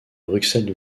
bruxelles